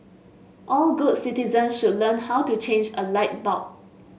all good citizens should learn how to change a light bulb